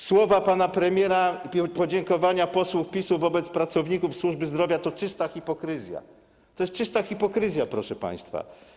Słowa pana premiera, podziękowania posłów PiS wobec pracowników służby zdrowia to czysta hipokryzja - to jest czysta hipokryzja, proszę państwa.